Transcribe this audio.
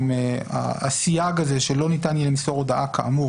עם הסייג הזה שלא ניתן יהיה למסור הודעה כאמור,